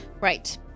Right